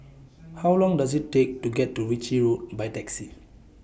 How Long Does IT Take to get to Ritchie Road By Taxi